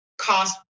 cost